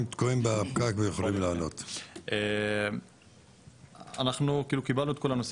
ואיך הוא מציג את כל הדברים ועל כל הנושא